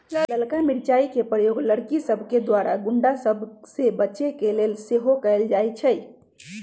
ललका मिरचाइ के प्रयोग लड़कि सभके द्वारा गुण्डा सभ से बचे के लेल सेहो कएल जाइ छइ